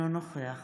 אינו נוכח